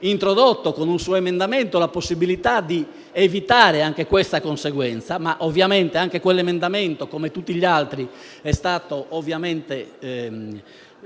introdotto con un suo emendamento la possibilità di evitare anche questa conseguenza, ma ovviamente quell'emendamento, come tutti gli altri, non è stato approvato